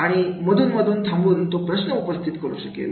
आणि मधून मधून थांबून तो प्रश्न उपस्थित करू शकेल